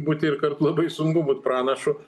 būti ir kart labai sunku būt pranašu